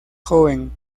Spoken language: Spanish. joven